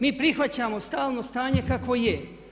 Mi prihvaćamo stalno stanje kakvo je.